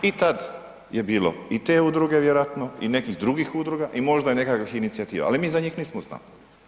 I tad je bilo i te udruge vjerojatno i nekih drugih udruga i možda nekakvih inicijativa, ali mi za njih nismo znali.